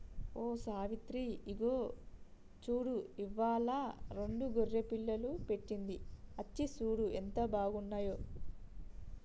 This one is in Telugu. ఓ సావిత్రి ఇగో చూడు ఇవ్వాలా రెండు గొర్రె పిల్లలు పెట్టింది అచ్చి సూడు ఎంత బాగున్నాయో